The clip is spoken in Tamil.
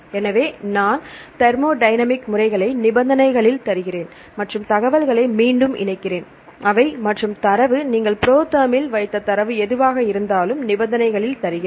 எனவே நான் தெர்மோடையனமிக் முறைகளை நிபந்தனைகளில் தருகிறேன் மற்றும் தகவல்களை மீண்டும் இணைக்கிறேன் அவை மற்றும் தரவு நீங்கள் புரோதெர்மில் வைத்த தரவு எதுவாக இருந்தாலும் நிபந்தனைகளில் தருகிறேன்